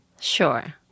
Sure